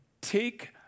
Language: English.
take